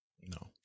no